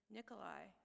Nikolai